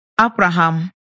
Abraham